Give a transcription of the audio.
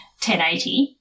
1080